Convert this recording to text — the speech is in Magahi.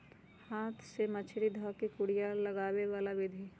हाथ से मछरी ध कऽ कुरिया लगाबे बला विधि